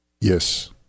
Yes